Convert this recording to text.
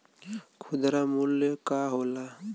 खुदरा मूल्य का होला?